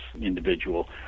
individual